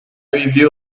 review